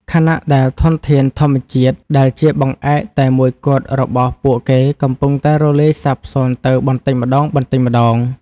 ខណៈដែលធនធានធម្មជាតិដែលជាបង្អែកតែមួយគត់របស់ពួកគេកំពុងតែរលាយសាបសូន្យទៅបន្តិចម្តងៗ។